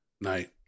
night